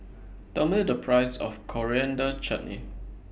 Tell Me The Price of Coriander Chutney